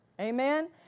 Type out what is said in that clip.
Amen